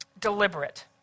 deliberate